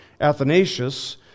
Athanasius